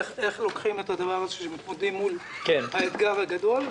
איך לוקחים את הדבר שמתמודדים מול האתגר הגדול,